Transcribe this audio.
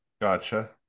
Gotcha